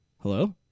Hello